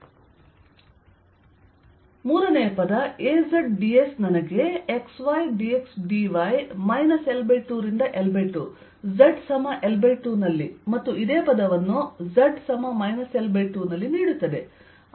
dsAyy2dxdz|yL2 y2dxdz|y L20 ಮೂರನೆಯ ಪದ Azds ನನಗೆ xydxdy L2 ರಿಂದ L2 z L2ನಲ್ಲಿಮತ್ತು ಇದೇ ಪದವನ್ನು z L2 ನಲ್ಲಿ ನೀಡುತ್ತದೆ